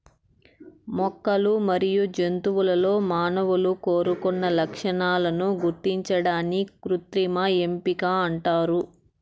మొక్కలు మరియు జంతువులలో మానవులు కోరుకున్న లక్షణాలను గుర్తించడాన్ని కృత్రిమ ఎంపిక అంటారు